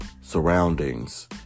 surroundings